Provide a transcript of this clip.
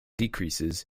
decreases